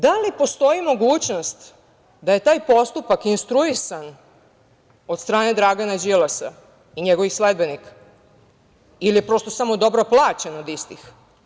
Da li postoji mogućnost da je postupak instruisan od strane Dragana Đilasa i njegovih sledbenika ili je prosto dobro plaćen od istih?